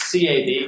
CAD